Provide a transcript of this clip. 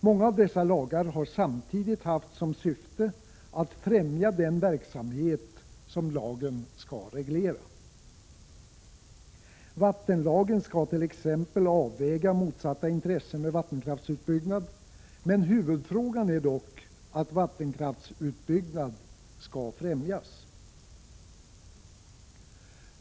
Många av dessa lagar har samtidigt haft som syfte att främja den verksamhet som lagen skall reglera. Vattenlagen skall t.ex. göra en avvägning mellan motsatta intressen vid vattenkraftsutbyggnad. Huvudinnehållet är dock att vattenkraftsutbyggnad skall främjas.